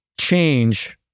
change